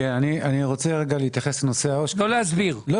אני רוצה להתייחס לנושא העו"ש ולומר אילו